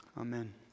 Amen